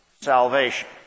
salvation